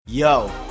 Yo